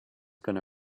gonna